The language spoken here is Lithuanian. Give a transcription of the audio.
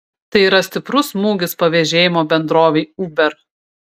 tai yra stiprus smūgis pavėžėjimo bendrovei uber